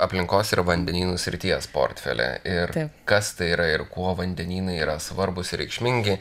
aplinkos ir vandenynų srities portfelį ir kas tai yra ir kuo vandenynai yra svarbūs reikšmingi